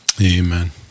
amen